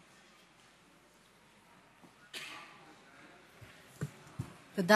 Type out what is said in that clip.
תודה.